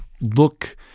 look